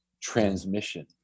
transmission